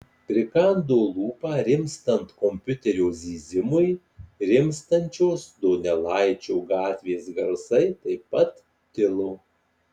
prikando lūpą rimstant kompiuterio zyzimui rimstančios donelaičio gatvės garsai taip pat tilo